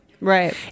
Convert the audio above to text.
Right